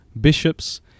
bishops